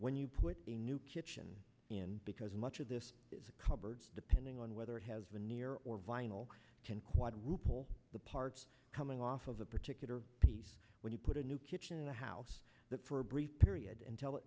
when you put a new kitchen in because much of this cupboards depending on whether it has been near or vinyl can quadruple the parts coming off of that particular piece when you put a new kitchen in the house that for a brief period and tell it